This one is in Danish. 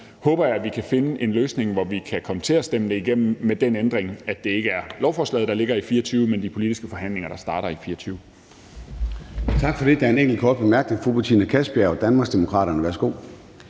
håber jeg, at vi kan finde en løsning, hvor vi kan komme til at stemme det igennem med den ændring, at det ikke er lovforslaget, der ligger i 2024, men de politiske forhandlinger, der starter i 2024.